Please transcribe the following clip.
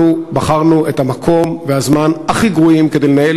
אנחנו בחרנו את המקום והזמן הכי גרועים לנהל